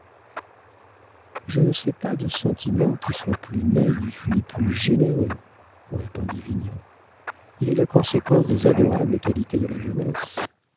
je ne sais pas de sentiment qui soit plus naïf ni plus généreux répondit vignon il est la conséquence des adorables qualités de la jeunesse